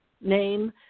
name